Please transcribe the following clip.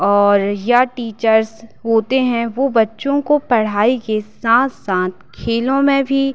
और या टीचर्स होते हैं वह बच्चों को पढ़ाई के साथ साथ खेलों में भी